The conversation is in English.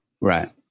Right